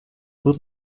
pull